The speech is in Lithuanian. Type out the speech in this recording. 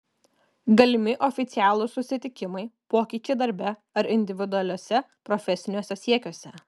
galimi oficialūs susitikimai pokyčiai darbe ar individualiuose profesiniuose siekiuose